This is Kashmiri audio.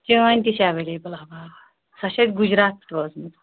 چٲنٛدۍ تہِ چھےٚ ایویلیبٕل اَوا اَوا سۅ چھےٚ گُجرات پیٚٹھ وٲژمٕژ